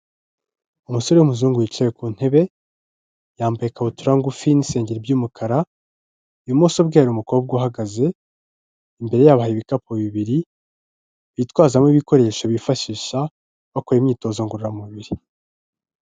Umusore w'umuzungu wicaye ku ntebe, yambaye ikabutura ngufi n'isengeri by'umukara, ibumoso bwe hari umukobwa uhagaze, imbere yabo hari ibikapu bibiri, bitwazamo ibikoresho bifashisha bakora imyitozo ngororamubiri.